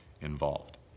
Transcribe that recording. involved